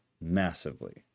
massively